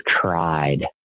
tried